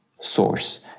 source